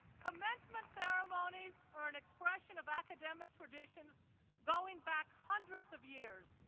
commencement ceremonies are an expression of academic traditions going back hundreds of years,